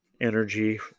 energy